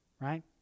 right